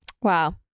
Wow